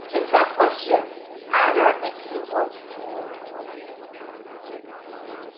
so the first question hi adora. thank you so much for working with favour on a video for us.